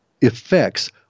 effects